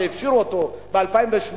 שהפשירו אותו ב-2008,